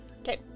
Okay